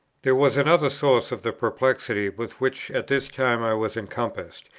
there was another source of the perplexity with which at this time i was encompassed,